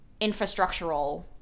infrastructural